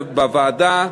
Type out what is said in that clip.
בוועדה,